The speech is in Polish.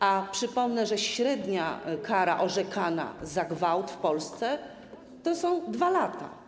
A przypomnę, że średnia kara orzekana za gwałt w Polsce to są 2 lata.